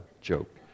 joke